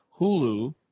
hulu